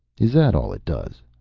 is that all it does?